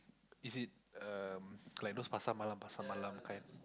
is it um like those pasar malam pasar malam kind